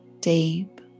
deep